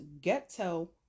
ghetto